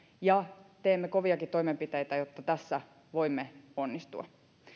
ja teemme koviakin toimenpiteitä jotta tässä voimme onnistua